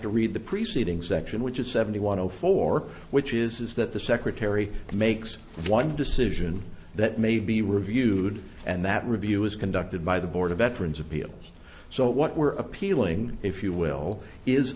to read the preceding section which is seventy one hundred four which is that the secretary makes one decision that may be reviewed and that review is conducted by the board of veterans appeals so what we're appealing if you will is